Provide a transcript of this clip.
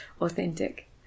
authentic